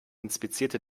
inspizierte